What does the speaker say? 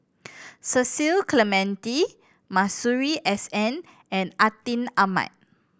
Cecil Clementi Masuri S N and Atin Amat